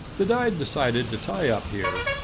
that i'd decided to tie up here.